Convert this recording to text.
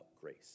grace